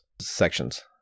sections